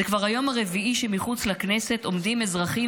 זה כבר היום הרביעי שמחוץ לכנסת עומדים אזרחים